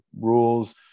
rules